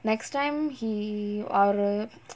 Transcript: next time he err ஒரு:oru